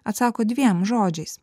atsako dviem žodžiais